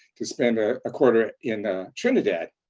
to spend a quarter in trinidad.